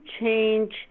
change